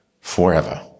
forever